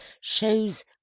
shows